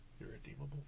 Irredeemable